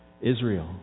Israel